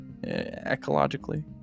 ecologically